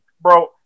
Bro